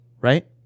right